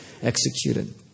executed